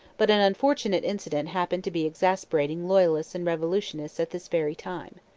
but an unfortunate incident happened to be exasperating loyalists and revolutionists at this very time.